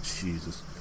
Jesus